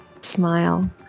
Smile